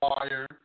wire